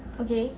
okay